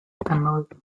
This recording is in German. erneut